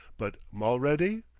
but mulready!